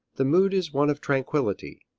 the mood is one of tranquillity.